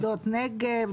שדות נגב,